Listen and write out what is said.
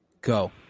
go